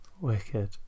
Wicked